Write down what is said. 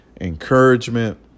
encouragement